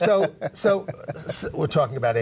so we're talking about